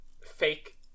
fake